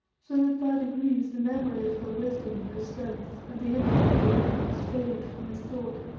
so that by degrees the memory of her wisdom and her strength, and the image of her loveliness faded from his thought,